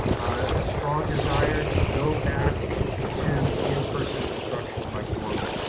a strong desire to go back to in-person instruction like normal.